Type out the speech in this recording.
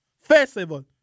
festival